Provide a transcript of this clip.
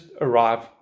arrive